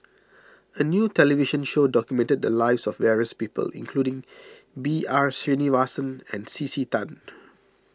a new television show documented the lives of various people including B R Sreenivasan and C C Tan